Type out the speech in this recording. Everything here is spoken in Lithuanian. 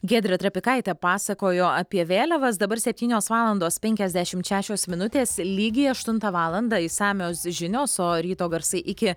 giedrė trapikaitė pasakojo apie vėliavas dabar septynios valandos penkiasdešimt šešios minutės lygiai aštuntą valandą išsamios žinios o ryto garsai iki